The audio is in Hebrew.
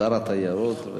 שר התיירות.